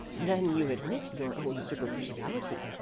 then you admit your own superficiality?